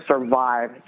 survive